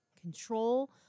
control